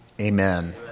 Amen